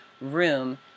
room